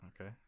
okay